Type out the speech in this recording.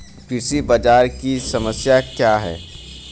कृषि बाजार की समस्या क्या है?